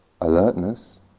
alertness